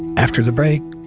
after the break,